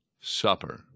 Supper